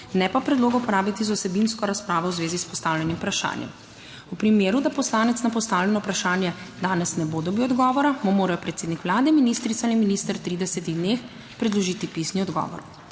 ne pa predloga uporabiti za vsebinsko razpravo v zvezi s postavljenim vprašanjem. V primeru, da poslanec na postavljeno vprašanje danes ne bo dobil odgovora, mu morajo predsednik Vlade, ministrica ali minister v 30 dneh predložiti pisni odgovor.